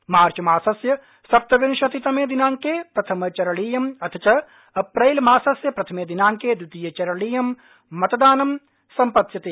मार्चमासस्य सप्तविंशतितमेदिनांके प्रथमचरणीयम् अद्य च एप्रिलमासस्य प्रथमे दिनांके द्वितीयचरणं मतदानं सम्पत्स्यते